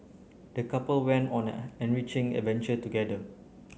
the couple went on an enriching adventure together